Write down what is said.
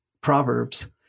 Proverbs